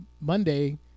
Monday